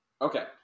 Okay